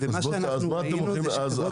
מה שאנחנו ראינו זה שחברות כרטיסי האשראי --- בסדר,